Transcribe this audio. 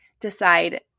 decide